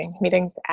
meetings